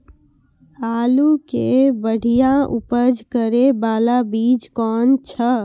आलू के बढ़िया उपज करे बाला बीज कौन छ?